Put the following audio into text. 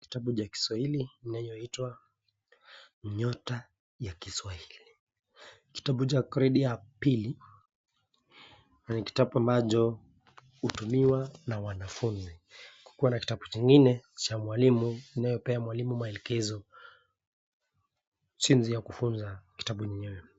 Kitabu cha kiswahili inayoitwa nyota ya kiswahili. Kitabu cha gredi ya pili ni kitabu ambacho hutumiwa na wanafunzi, kukuwa na kitabu kingine cha mwalimu inayopea mwalimu maelekezo jinsi ya kufunza kitabu yenyewe .